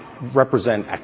represent